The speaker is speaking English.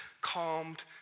calmed